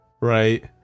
right